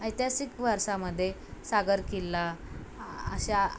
ऐतिहासिक वारसामध्ये सागर किल्ला अशा